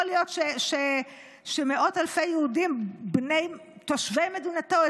להיות שמאות אלפי יהודים תושבי מדינתו,